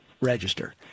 register